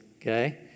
okay